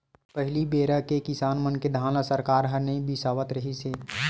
पहली बेरा के किसान मन के धान ल सरकार ह नइ बिसावत रिहिस हे